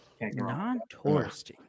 Non-touristy